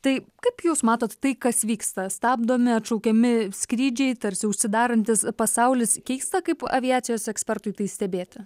tai kaip jūs matot tai kas vyksta stabdomi atšaukiami skrydžiai tarsi užsidarantis pasaulis keista kaip aviacijos ekspertui tai stebėti